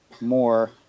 more